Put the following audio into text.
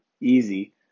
easy